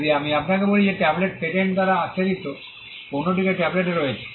যদি আমি আপনাকে বলি যে ট্যাবলেটটি পেটেন্ট দ্বারা আচ্ছাদিত পণ্যটি ট্যাবলেটে রয়েছে